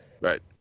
Right